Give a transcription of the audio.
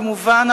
כמובן,